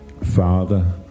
Father